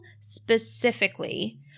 specifically